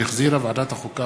שהחזירה ועדת החוקה,